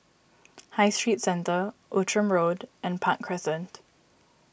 High Street Centre Outram Road and Park Crescent